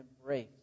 embrace